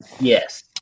Yes